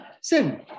sin